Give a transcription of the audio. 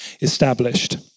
established